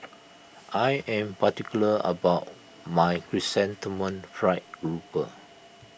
I am particular about my Chrysanthemum Fried Grouper